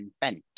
bent